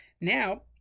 Now